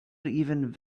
even